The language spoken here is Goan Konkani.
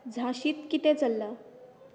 झांशींत कितें चल्लां